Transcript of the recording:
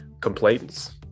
complaints